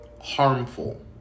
harmful